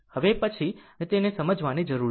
હવે હવે પછીની તેને સમજાવવાની જરૂર છે